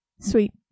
Sweet